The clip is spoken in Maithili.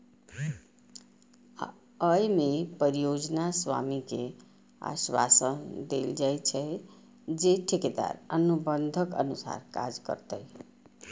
अय मे परियोजना स्वामी कें आश्वासन देल जाइ छै, जे ठेकेदार अनुबंधक अनुसार काज करतै